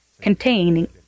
containing